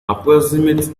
approximate